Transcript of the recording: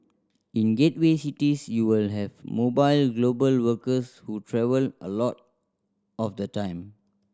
in gateway cities you will have mobile global workers who travel a lot of the time